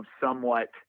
somewhat